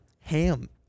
Ham